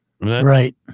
Right